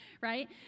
right